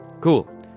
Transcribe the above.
Cool